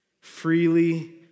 freely